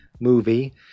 movie